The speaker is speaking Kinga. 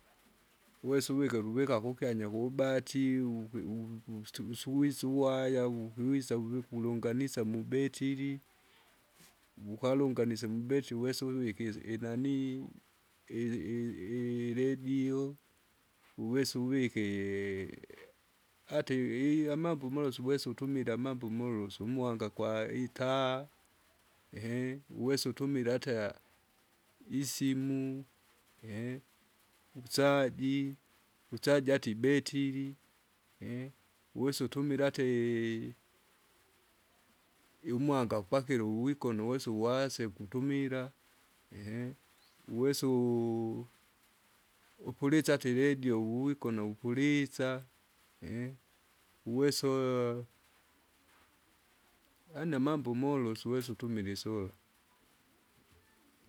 Uwesa uvike luvika kukyanyanya kubatiuku uvuwustu visuwise uwaya wukwisa wukikulunganisa mubetiri, wukalunga nise mubetiri uwesa uvike isi inanii ijiiji iredi. Uwese uvike, ata i- amambo molosu uwese utumila amambo molosu umwanga kwa itaa, uwese utumile ata, isimu, ukusaji, kusaji ata ibetiri, uwese utumile ata i- iumwanga pakilo uwigone uwesa uwase, kutumila, uwesu upuluse ata iredio, uwigona upulisa, uwesoo, yaani amambo molosu uwesa utumile isola.